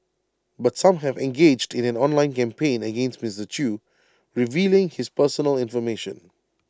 but some have engaged in an online campaign against Mister chew revealing his personal information